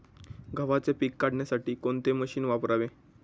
गव्हाचे पीक काढण्यासाठी कोणते मशीन वापरावे?